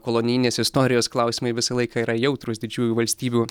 kolonijinės istorijos klausimai visą laiką yra jautrūs didžiųjų valstybių